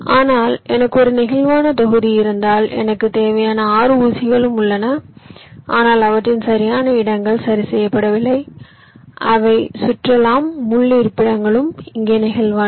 ஆனால் எனக்கு ஒரு நெகிழ்வான தொகுதி இருந்தால் எனக்குத் தேவையான 6 ஊசிகளும் உள்ளன ஆனால் அவற்றின் சரியான இடங்கள் சரி செய்யப்படவில்லை அவை சுற்றலாம் முள் இருப்பிடங்களும் இங்கே நெகிழ்வானவை